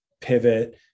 pivot